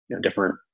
different